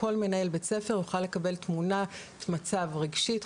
כל מנהל בית ספר יוכל לקבל תמונת מצב רגשית,